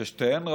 ששתיהן רעות,